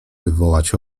wywołać